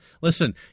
listen